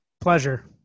Pleasure